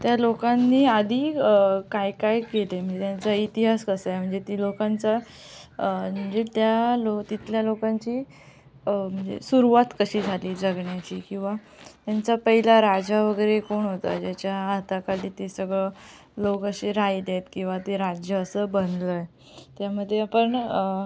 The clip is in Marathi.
त्या लोकांनी आधी काय काय केले म्हणजे त्यांचा इतिहास कसा आहे म्हणजे ती लोकांचा म्हणजे त्या लो तिथल्या लोकांची म्हणजे सुरवात कशी झाली जगण्याची किंवा त्यांचा पहिला राजा वगैरे कोण होता ज्याच्या हाताखाली ते सगळं लोक असे राहिले आहेत किवा ते राज्य असं बनलं आहे त्यामध्ये आपण